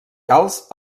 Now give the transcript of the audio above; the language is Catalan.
calç